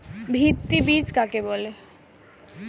ভিত্তি বীজ কাকে বলে?